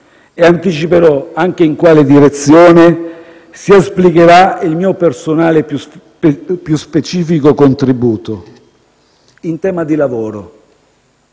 e anticiperò anche in quale direzione si esplicherà il mio personale e più specifico contributo. In tema di lavoro,